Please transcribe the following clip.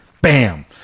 Bam